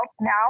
now